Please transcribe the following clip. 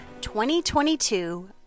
2022